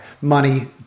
money